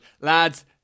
lads